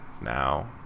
now